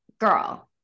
girl